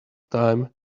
time